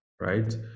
right